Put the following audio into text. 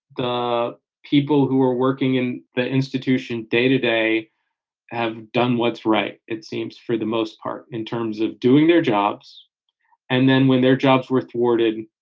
the people who are working in the institution day to day have done what's right, it seems, for the most part in terms of doing their jobs and then when their jobs were thwarted,